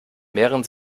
mehren